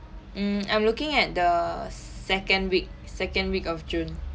mm I'm looking at the second week second week of june